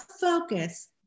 focus